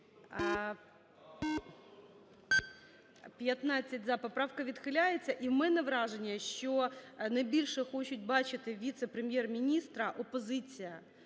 За-15 Поправка відхиляється. І у мене враження, що найбільше хоче бачити віце-прем'єр-міністра опозиція.